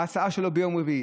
ההצעה שלו ביום רביעי.